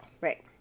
right